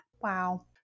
Wow